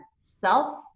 self